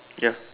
ya